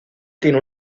tiene